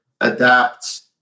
adapts